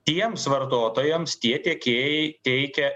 tiems vartotojams tie tiekėjai teikia